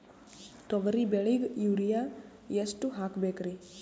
ತೊಗರಿ ಬೆಳಿಗ ಯೂರಿಯಎಷ್ಟು ಹಾಕಬೇಕರಿ?